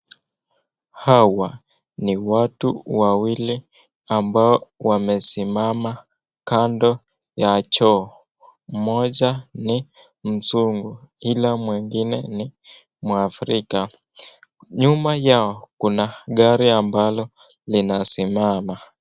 Hawa ni watu wawili ambao wamesimama kando ya choo, moja ni mzungu ila mwingine ni mwafrika. Nyuma yao kuna gari ambalo linasimama